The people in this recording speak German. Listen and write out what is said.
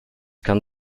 kann